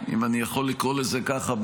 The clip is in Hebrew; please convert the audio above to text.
אם אני יכול לקרוא לזה ככה,